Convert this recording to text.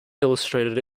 illustrated